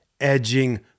edging